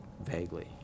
vaguely